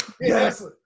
Yes